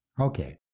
Okay